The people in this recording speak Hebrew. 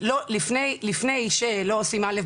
כך שלפני שלא עושים א',